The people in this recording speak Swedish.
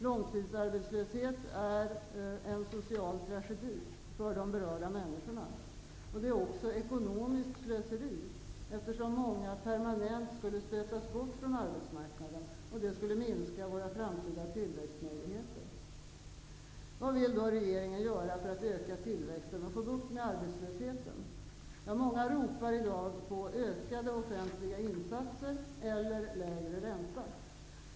Långtidsarbetslöshet är en social tragedi för de berörda människorna. Det är också ekonomiskt slöseri, eftersom många permanent skulle stötas bort från arbetsmarknaden. Det skulle minska våra framtida tillväxtmöjligheter. Vad vill då regeringen göra för att öka tillväxten och få bukt med arbetslösheten? Många ropar i dag efter ökade offentliga insatser eller lägre ränta.